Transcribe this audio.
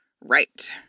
right